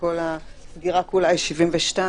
כשכל הסגירה כולה היא 72,